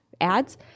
ads